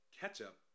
ketchup